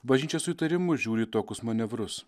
bažnyčia su įtarimu žiūri į tokius manevrus